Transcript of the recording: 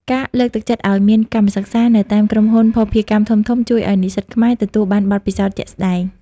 ការលើកទឹកចិត្តឱ្យមាន "កម្មសិក្សា" នៅតាមក្រុមហ៊ុនភស្តុភារកម្មធំៗ ជួយឱ្យនិស្សិតខ្មែរទទួលបានបទពិសោធន៍ជាក់ស្ដែង។